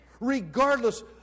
regardless